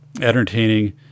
entertaining